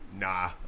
Nah